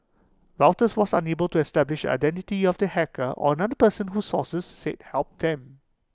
Reuters was unable to establish identity of the hacker or another person who sources said helped him